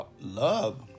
love